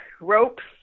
ropes